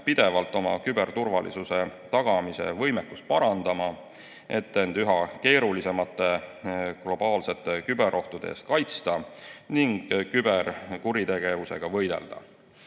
pidevalt oma küberturvalisuse tagamise võimekust parandama, et end üha keerulisemate globaalsete küberohtude eest kaitsta ning küberkuritegevusega võidelda.